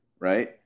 right